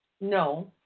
No